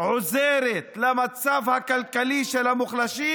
עוזרת למצב הכלכלי של המוחלשים,